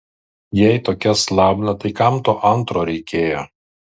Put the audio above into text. jei tokia slabna tai kam to antro reikėjo